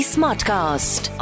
Smartcast